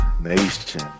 nation